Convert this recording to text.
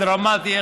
הדרמטי,